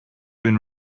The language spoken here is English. been